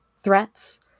threats